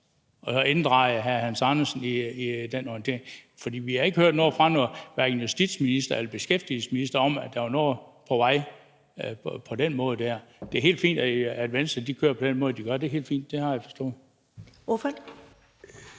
inddraget hr. Hans Andersen i den orientering. Vi har hverken hørt noget fra justitsministeren eller beskæftigelsesministeren om, at der på den måde var noget på vej. Det er helt fint, at Venstre kører på den måde, de gør – det er helt fint, og det har jeg forstået.